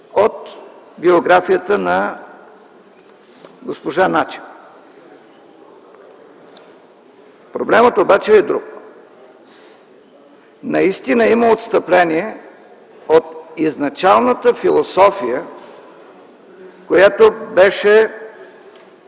от биографията на госпожа Начева. Проблемът обаче е друг. Наистина има отстъпление от изначалната философия, която бе